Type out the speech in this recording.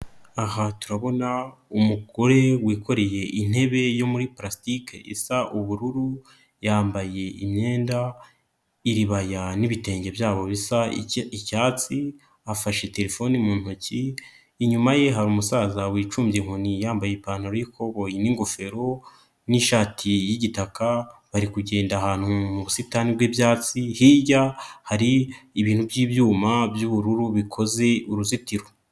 Aha turabona umugore wikoreye intebe yo muri pulasitiki isa ubururu, yambaye imyenda iribaya n'ibitenge byabo bisa icyatsi afashe terefone mu ntoki, inyuma ye hari umusaza wicumbye inkoni yambaye ipantaro y'ikoboyi n'ingofero n'ishati y'igitaka, bari kugenda ahantu mu busitani bw'ibyatsi, hirya hari ibintu by'ibyuma by'ubururu bikoze uruzitiro.